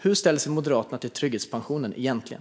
Hur ställer sig Moderaterna till trygghetspensionen egentligen?